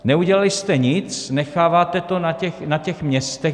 Neudělali jste nic, necháváte to na těch městech.